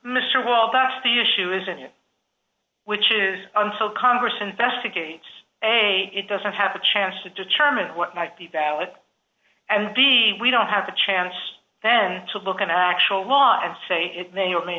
mr well that's the issue isn't it which is until congress investigates a it doesn't have a chance to determine what might be valid and b we don't have a chance then to look at actual law and say it may or may